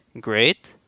great